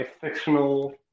fictional